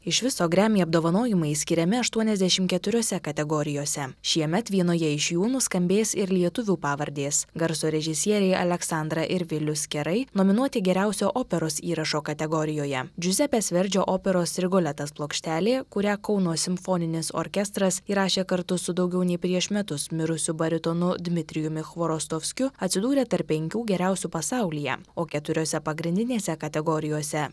iš viso grammy apdovanojimai skiriami aštuoniasdešimt keturiose kategorijose šiemet vienoje iš jų nuskambės ir lietuvių pavardės garso režisieriai aleksandra ir vilius kerai nominuoti geriausio operos įrašo kategorijoje džiuzepės verdžio operos rigoletas plokštelė kurią kauno simfoninis orkestras įrašė kartu su daugiau nei prieš metus mirusiu baritonu dmitrijumi chvorostovskiu atsidūrė tarp penkių geriausių pasaulyje o keturiose pagrindinėse kategorijose